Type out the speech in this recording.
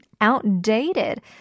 outdated